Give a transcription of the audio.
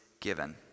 given